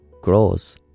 grows